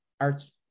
arts